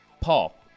Paul